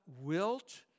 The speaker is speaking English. wilt